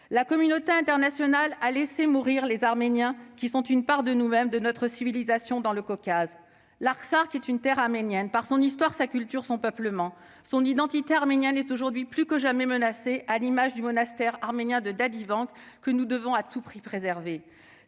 La communauté internationale a laissé mourir les Arméniens, qui sont une part de nous-mêmes et de notre civilisation dans le Caucase. L'Artsakh est une terre arménienne, par son histoire, par sa culture, par son peuplement. Son identité arménienne est aujourd'hui plus que jamais menacée, à l'image du monastère arménien de Dadivank, que nous devons à tout prix préserver.